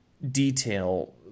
detail